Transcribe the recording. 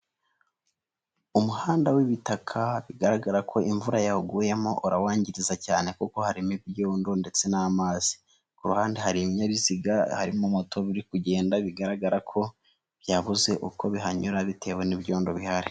Umuhanda w'ibitaka bigaragara ko imvura yaguyemo urawangiriza cyane kuko harimo ibyondo ndetse n'amazi ku ruhande, hari ibinyabiziga harimo moto biri kugenda bigaragara ko byabuze uko bihanyura bitewe n'ibyondo bihari.